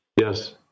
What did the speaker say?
Yes